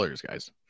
guys